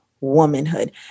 womanhood